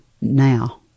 now